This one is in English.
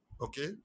Okay